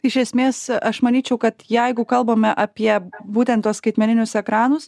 iš esmės aš manyčiau kad jeigu kalbame apie būtent tuos skaitmeninius ekranus